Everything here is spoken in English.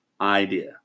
idea